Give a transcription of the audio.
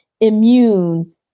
immune